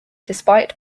despite